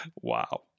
Wow